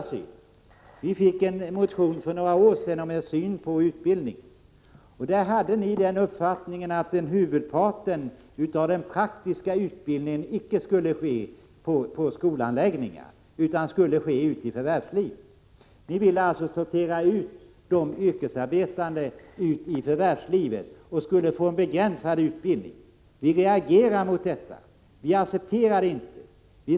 I en motion som behandlades för några år sedan framförde ni uppfattningen att huvudparten av den praktiska utbildningen inte skulle ske på skolanläggningar utan skulle ske ute i förvärvslivet. Ni vill alltså sortera ut dem som önskar en yrkesinriktad utbildning och låta dem få en begränsad utbildning i förvärvslivet. Vi reagerar mot detta. Vi accepterar det inte.